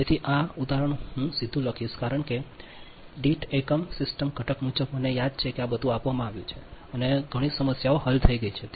તેથી આ ઉદાહરણ હું સીધું જ લખીશ કારણ કે દીઠ એકમ સિસ્ટમ ઘટક મુજબ મને યાદ છે કે બધું આપવામાં આવ્યું છે અને ઘણી સમસ્યાઓ હલ થઈ ગઈ છે